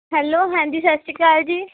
hello ਹਾਂਜੀ ਸਤਿ ਸ਼੍ਰੀ ਅਕਾਲ ਜੀ